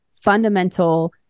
fundamental